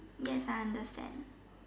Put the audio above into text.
yes I understand